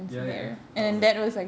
ya ya how was that